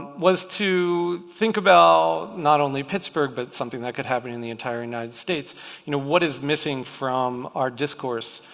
was to think about not only pittsburgh, but something that could happen in the entire united states you know what is missing from our discourse,